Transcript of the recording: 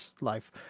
life